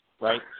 right